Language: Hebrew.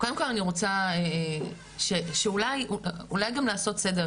קודם כל אני רוצה אולי גם לעשות סדר